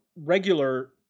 regular